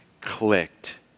clicked